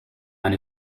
and